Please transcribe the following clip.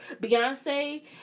Beyonce